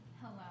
hello